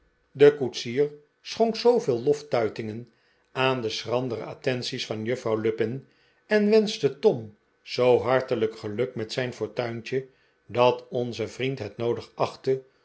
de koetsier schonk zooveel loftuitingen aan de schrandere attenties van juffrouw lupin en wenschte tom zoo hartelijk geluk met zijn fortuintje dat onze vriend net noodig achtte